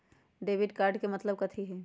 Debit card के मतलब कथी होई?